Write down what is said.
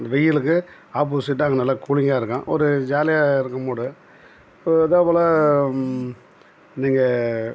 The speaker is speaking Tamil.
இந்த வெயிலுக்கு ஆப்போசிட்டாக அது நல்லா கூலிங்காக இருக்கும் ஒரு ஜாலியாக இருக்கும் மூடு இப்போ அதேபோல நீங்கள்